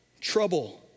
trouble